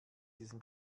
diesem